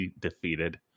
defeated